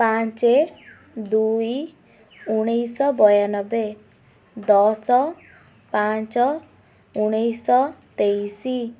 ପାଞ୍ଚେ ଦୁଇ ଉଣେଇଶହ ବୟାନବେ ଦଶ ପାଞ୍ଚ ଉଣେଇଶହ ତେଇଶି